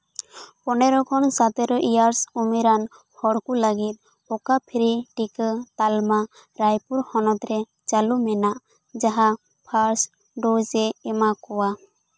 ᱯᱚᱱᱮᱨᱚ ᱠᱷᱚᱱ ᱥᱟᱛᱮᱨᱚ ᱤᱭᱟᱨᱥ ᱩᱢᱮᱨᱟᱱ ᱦᱚᱲ ᱠᱚ ᱞᱟᱹᱜᱤᱫ ᱚᱠᱟ ᱯᱷᱨᱤ ᱴᱤᱠᱟᱹ ᱛᱟᱞᱢᱟ ᱨᱟᱭᱯᱩᱨ ᱦᱚᱱᱚᱛ ᱨᱮ ᱪᱟᱹᱞᱩ ᱢᱮᱱᱟᱜ ᱡᱟᱦᱟᱸ ᱯᱷᱟᱥᱴ ᱰᱳᱡᱽ ᱮ ᱮᱢᱟ ᱠᱚᱣᱟ